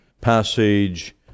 passage